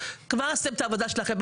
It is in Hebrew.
כבר עשיתם את העבודה שלכם,